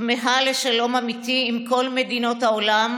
כמהה לשלום אמיתי עם כל מדינות העולם,